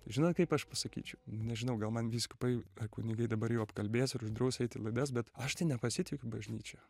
žinot kaip aš pasakyčiau nežinau gal man vyskupai ar kunigai dabar jau apkalbės ir uždraus eiti į laidas bet aš tai nepasitikiu bažnyčia